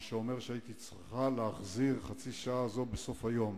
מה שאומר שהייתי צריכה להחזיר את החצי שעה הזאת בסוף היום: